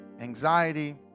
anxiety